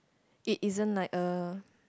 it isn't like a